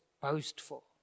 boastful